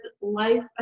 life